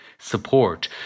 Support